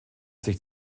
sich